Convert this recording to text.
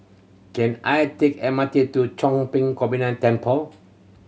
can I take M R T to Chong Pang Combined Temple